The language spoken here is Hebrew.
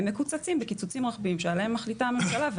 הם מקוצצים בקיצוצים רוחביים שעליהן מחליטה הממשלה,